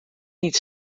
niet